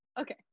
okay